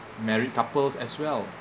married couples as well